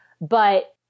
but-